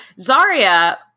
Zarya